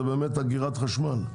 הוא אגירת חשמל.